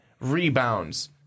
rebounds